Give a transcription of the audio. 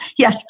Yes